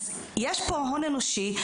אז יש פה הון אנושי.